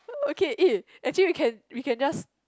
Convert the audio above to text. okay eh actually we can we can just